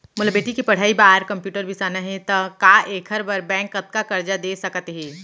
मोला बेटी के पढ़ई बार कम्प्यूटर बिसाना हे त का एखर बर बैंक कतका करजा दे सकत हे?